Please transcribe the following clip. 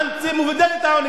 מעודד את העוני,